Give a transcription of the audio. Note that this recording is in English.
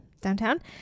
downtown